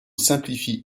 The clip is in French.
simplifie